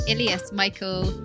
Ilias-Michael